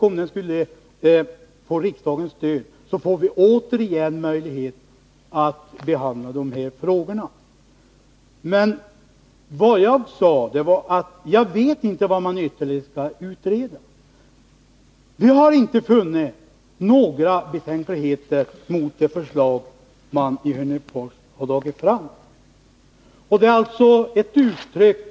Om den skulle få riksdagens stöd, så får vi återigen Nr 131 möjlighet att behandla de här frågorna. Men jag sade också att jag inte vet vad det är som man ytterligare skall utreda. Vi har inte haft något att invända mot det utvecklingsalternativ som man har föreslagit i Hörnefors.